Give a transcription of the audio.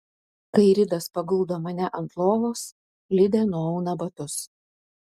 kai ridas paguldo mane ant lovos lidė nuauna batus